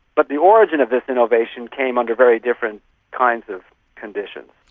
but the origin of this innovation came under very different kinds of conditions.